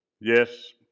Yes